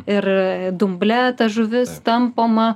ir dumble ta žuvis tampoma